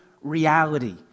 Reality